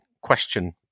question